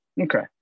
Okay